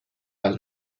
del